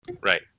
Right